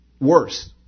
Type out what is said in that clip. worse